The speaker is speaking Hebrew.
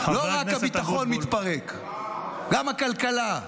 לא רק הביטחון מתפרק, גם הכלכלה: